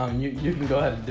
you can go ahead